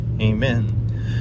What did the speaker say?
Amen